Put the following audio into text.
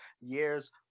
years